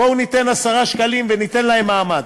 בואו ניתן 10 שקלים וניתן להן מעמד.